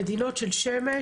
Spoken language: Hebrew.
במדינות עם שמש,